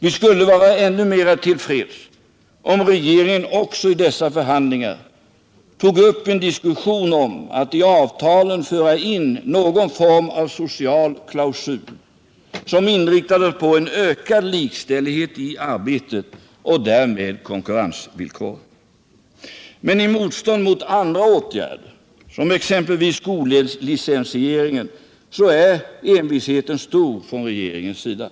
Vi skulle vara ännu mer till freds om regeringen också i dessa förhandlingar tog upp en diskussion om att i avtalen föra in någon form av social klausul, som inriktades på en ökad likställighet i arbetet och därmed konkurrensvillkoren. Men i motståndet mot andra åtgärder, som exempelvis skolicensieringen, är envisheten stor från regeringens sida.